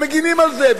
מגינים על זה,